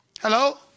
Hello